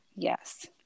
yes